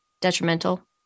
detrimental